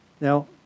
Now